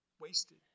Wasted